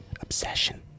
obsession